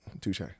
Touche